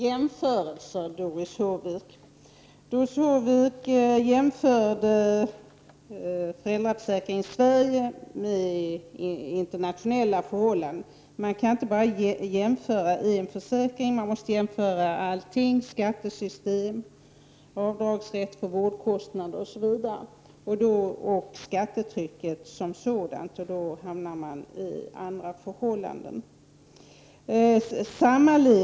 Herr talman! Doris Håvik jämförde föräldraförsäkringen i Sverige med internationella motsvarigheter. Man kan inte jämföra bara en försäkring — man måste då jämföra också andra förhållanden som skattesystem, avdragsrätt för vårdkostnader, skattetrycket som sådant, osv. Gör man det utfaller jämförelsen på ett annat sätt.